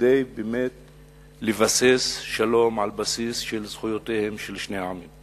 כדי לבסס באמת שלום על בסיס של זכויותיהם של שני עמים.